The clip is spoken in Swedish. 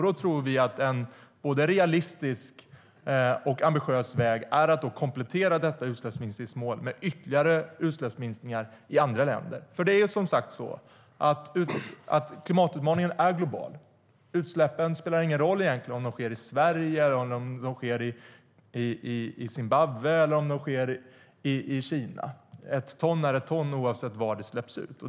Vi tror att en både realistisk och ambitiös väg är att komplettera detta utsläppsminskningsmål med ytterligare utsläppsminskningar i andra länder. Klimatutmaningen är global. Det spelar ingen roll om utsläppen sker i Sverige, i Zimbabwe eller i Kina. Ett ton är ett ton oavsett var det släpps ut.